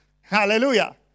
Hallelujah